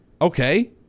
Okay